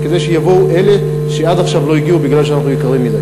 וכדי שיבואו אלה שעד עכשיו לא הגיעו מפני שאנחנו יקרים מדי.